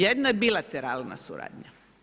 Jedno je bilateralna suradnja.